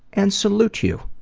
and salute you,